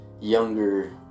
younger